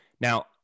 now